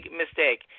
mistake